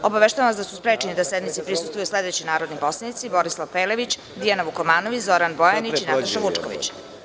Obaveštavam vas da su sprečeni da sednici prisustvuju sledeći narodni poslanici: Borislav Pelević, Biljana Vukomanović, Zoran Bojanić i Nataša Vučković.